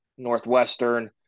Northwestern